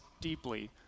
deeply